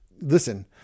listen